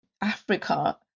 Africa